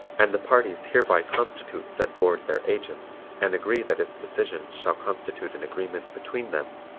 and the parties hereby constitute said board their agents and agree that its decision shall constitute an agreement between them,